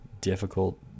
difficult